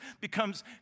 becomes